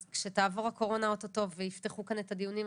אז כשתעבור הקורונה אוטוטו ויפתחו כאן את הדיונים,